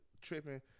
tripping